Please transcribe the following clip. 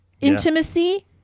intimacy